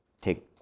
take